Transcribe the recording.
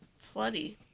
slutty